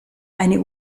eine